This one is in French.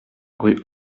rue